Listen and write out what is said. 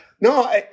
no